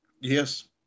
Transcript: Yes